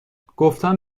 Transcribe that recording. گفتن